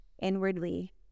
inwardly